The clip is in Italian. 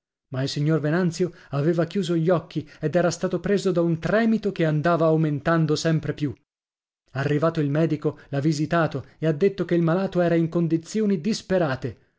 ma il signor venanzio aveva chiuso gli occhi ed era stato preso da un tremito che andava aumentando sempre più arrivato il medico l'ha visitato e ha detto che il malato era in condizioni disperate